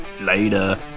Later